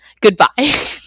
goodbye